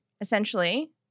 Essentially